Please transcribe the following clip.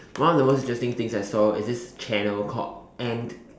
one of the most interesting things I saw is this channel called ant